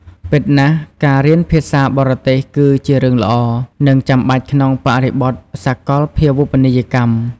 ពិតណាស់ ការរៀនភាសាបរទេសគឺជារឿងល្អ និងចាំបាច់ក្នុងបរិបទសាកលភាវូបនីយកម្ម។